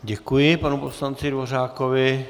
Děkuji panu poslanci Dvořákovi.